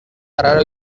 arraro